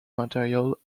martial